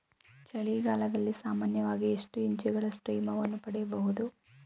ಚಳಿಗಾಲದಲ್ಲಿ ಸಾಮಾನ್ಯವಾಗಿ ಎಷ್ಟು ಇಂಚುಗಳಷ್ಟು ಹಿಮವನ್ನು ಪಡೆಯಬಹುದು?